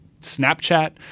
snapchat